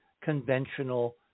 conventional